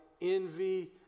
envy